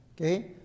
Okay